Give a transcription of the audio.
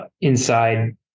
inside